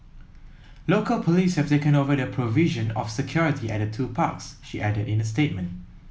local police have taken over the provision of security at the two parks she added in a statement